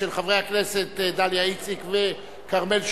של חברי הכנסת דליה איציק וכרמל שאמה,